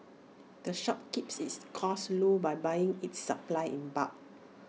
the shop keeps its costs low by buying its supplies in bulk